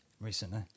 recently